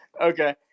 Okay